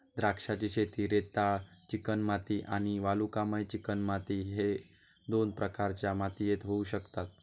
द्राक्षांची शेती रेताळ चिकणमाती आणि वालुकामय चिकणमाती ह्य दोन प्रकारच्या मातीयेत होऊ शकता